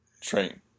train